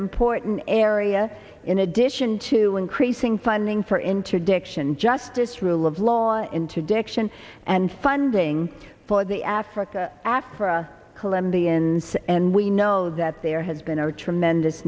important area in addition to increasing funding for interdiction justice rule of law into direction and funding for the africa act for a colombian and we know that there has been a tremendous